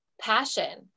passion